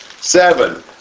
Seven